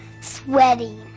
sweaty